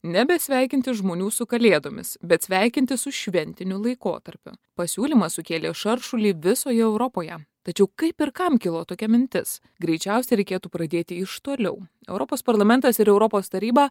nebesveikinti žmonių su kalėdomis bet sveikinti su šventiniu laikotarpiu pasiūlymas sukėlė šaršulį visoje europoje tačiau kaip ir kam kilo tokia mintis greičiausiai reikėtų pradėti iš toliau europos parlamentas ir europos taryba